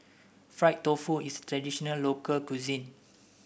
Fried Tofu is traditional local cuisine